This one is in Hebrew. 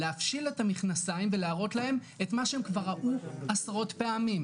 להפשיל את המכנסיים ולהראות להם את מה שהם כבר או עשרות פעמים,